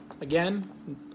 Again